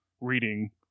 reading